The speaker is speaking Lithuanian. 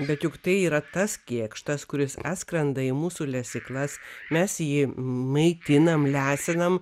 bet juk tai yra tas kėkštas kuris atskrenda į mūsų lesyklas mes jį maitinam lesinam